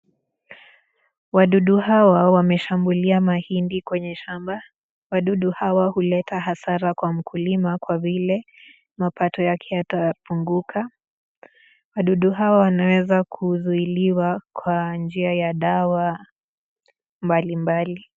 Wadudu hawa wameshambulia mahindi kwenye shamba, wadudu hawa huleta hasara kwa mkulima kwa vile mapato yake yatapunguka, wadudu hawa wanaenza kuzuiliwa kwa njia ya dawa mbalimbali.